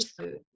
food